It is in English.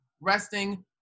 resting